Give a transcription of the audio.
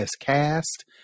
cast